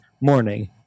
morning